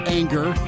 anger